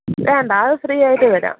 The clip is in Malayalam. വേണ്ട അത് ഫ്രീ ആയിട്ട് തരാം